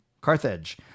carthage